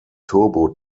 turbo